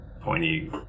pointy